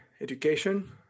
education